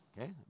Okay